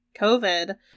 COVID